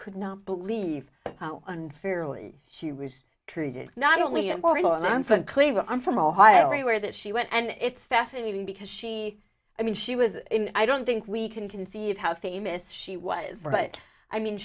could not believe how unfairly she was treated not only in portland it's unclear i'm from ohio where that she went and it's fascinating because she i mean she was i don't think we can conceive how famous she was but i mean